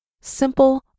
simple